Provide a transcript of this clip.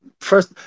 first